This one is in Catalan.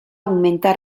augmenta